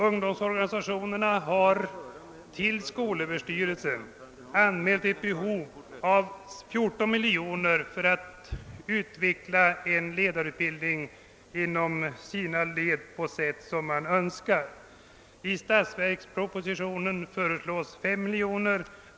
Ungdomsorganisationerna har = till skolöverstyrelsen anmält ett behov av 14 miljoner kronor för att utveckla en ledarutbildning inom sina led på sätt som man Önskat. I statsverkspropositionen föreslås 5 miljoner kronor.